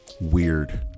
weird